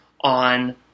on